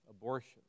abortion